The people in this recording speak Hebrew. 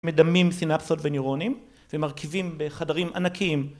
מדמים סינאפסות ונוירונים, ומרכיבים בחדרים ענקיים.